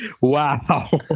wow